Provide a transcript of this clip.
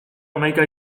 hamaika